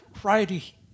Friday